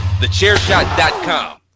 thechairshot.com